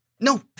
No